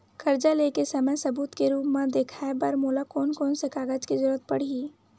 कर्जा ले के समय सबूत के रूप मा देखाय बर मोला कोन कोन से कागज के जरुरत पड़ही?